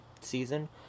season